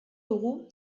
dugu